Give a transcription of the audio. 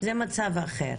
זה מצב אחר,